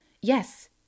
Yes